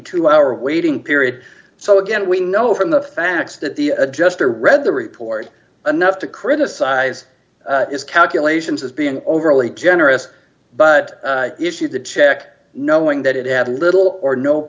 two hour waiting period so again we know from the facts that the adjuster read the report enough to criticize his calculations as being overly generous but issued the check knowing that it had little or no